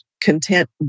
content